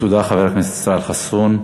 תודה, חבר הכנסת ישראל חסון.